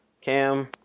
Cam